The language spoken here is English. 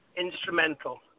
instrumental